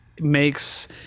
makes